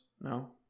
No